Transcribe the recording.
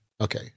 okay